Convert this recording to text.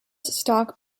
stock